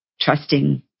trusting